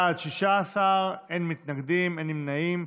בעד, 16, אין מתנגדים, אין נמנעים.